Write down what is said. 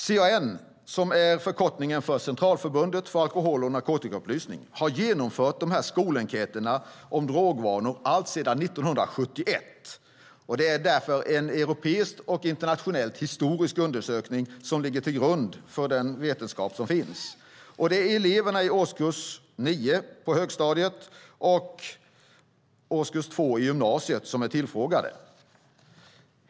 CAN, Centralförbundet för alkohol och narkotikaupplysning, har genomfört skolenkäter om drogvanor alltsedan 1971. Det är en europeiskt och internationellt historisk undersökning som ligger till grund för den vetenskap som finns. Det är elever i årskurs 9 på högstadiet och årskurs 2 i gymnasiet som är tillfrågade.